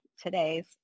today's